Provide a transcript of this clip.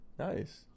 nice